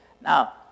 Now